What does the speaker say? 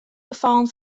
gefallen